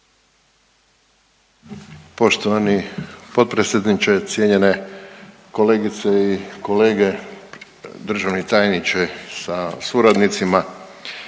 Poštovani potpredsjedniče, cijenjene kolegice i kolege, državni tajniče sa suradnicima.